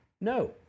no